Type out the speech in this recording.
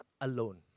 alone